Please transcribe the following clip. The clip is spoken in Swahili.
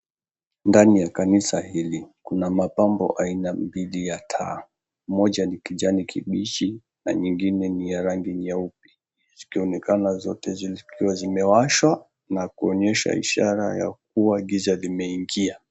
Ndani ya kanisa hili kuna mapambo aina mbili ya taa, moja ni kijani kibichi na nyingine ni ya rangi nyeupe zikionekana zote zikiwa zimewashwa na kuonyesha ishara ya kua giza limeingia .